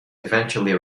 eventually